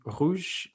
rouge